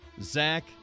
Zach